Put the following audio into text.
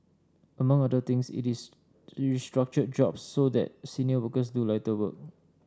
among other things it is restructured jobs so that senior workers do lighter work